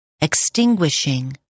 extinguishing